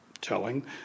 telling